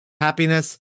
happiness